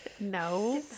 No